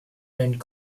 and